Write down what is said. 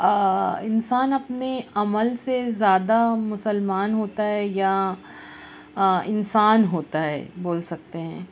انسان اپنے عمل سے زیادہ مسلمان ہوتا ہے یا انسان ہوتا ہے بول سکتے ہیں